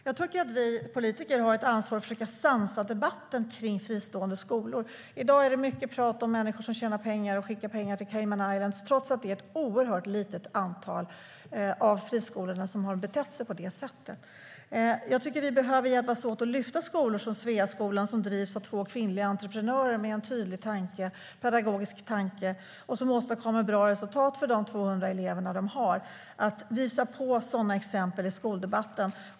Jag tycker att vi politiker har ett ansvar att försöka sansa debatten kring fristående skolor. I dag är det mycket prat om människor som tjänar pengar och skickar pengar till Caymanöarna, trots att det är ett oerhört litet antal av friskolorna som har betett sig på det sättet. Jag tycker att vi behöver hjälpas åt att lyfta fram skolor som Sveaskolan, som drivs av två kvinnliga entreprenörer med en tydlig pedagogisk tanke och som åstadkommer bra resultat för de 200 eleverna. Vi behöver visa på sådana exempel i skoldebatten.